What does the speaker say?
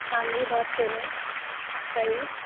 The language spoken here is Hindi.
हाँ जी बात कर रहे हैं बताइये